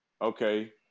okay